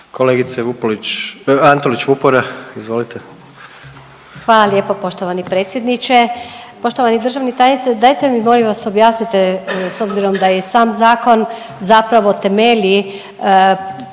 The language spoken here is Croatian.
izvolite. **Antolić Vupora, Barbara (SDP)** Hvala lijepo poštovani predsjedniče. Poštovani državni tajniče dajte mi molim vas objasnite s obzirom da i sam zakon zapravo temelji